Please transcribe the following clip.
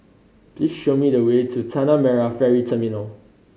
please show me the way to Tanah Merah Ferry Terminal